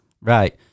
right